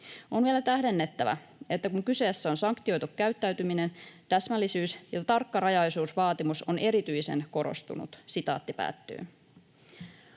On vielä tähdennettävä, että kun kyseessä on sanktioitu käyttäytyminen, täsmällisyys- ja tarkkarajaisuusvaatimus on erityisen korostunut.” Minun on